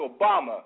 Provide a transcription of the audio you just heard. Obama